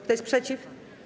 Kto jest przeciw?